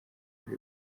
muri